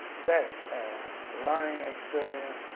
that learning experience,